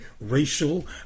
racial